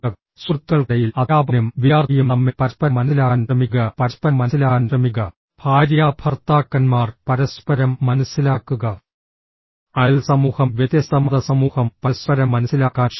സുഹൃത്തുക്കൾക്കിടയിൽ അധ്യാപകനും വിദ്യാർത്ഥിയും തമ്മിൽ പരസ്പരം മനസ്സിലാക്കാൻ ശ്രമിക്കുക പരസ്പരം മനസ്സിലാക്കാൻ ശ്രമിക്കുക ഭാര്യാഭർത്താക്കന്മാർ പരസ്പരം മനസ്സിലാക്കുക അയൽ സമൂഹം വ്യത്യസ്ത മത സമൂഹം പരസ്പരം മനസ്സിലാക്കാൻ ശ്രമിക്കുക